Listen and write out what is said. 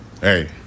Hey